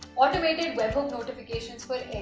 automated webhook notifications but